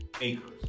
acres